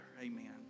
amen